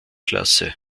klasse